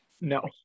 No